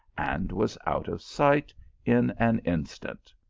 and was out of sight in an instant.